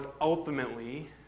ultimately